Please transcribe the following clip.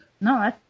No